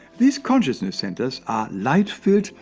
these consciousness centers are light-filled,